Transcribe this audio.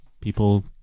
people